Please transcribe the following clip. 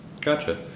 Gotcha